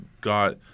got